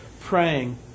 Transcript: praying